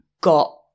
got